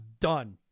done